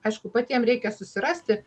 aišku patiem reikia susirasti